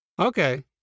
Okay